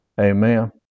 Amen